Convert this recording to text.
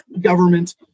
government